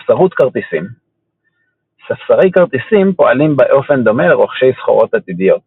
ספסרות כרטיסים ספסרי כרטיסים פועלים באופן דומה לרוכשי סחורות עתידיות